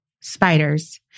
Spiders